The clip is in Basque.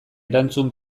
erantzun